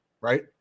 right